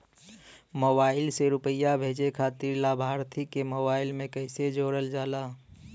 Mobile से रूपया भेजे खातिर लाभार्थी के मोबाइल मे कईसे जोड़ल जाला?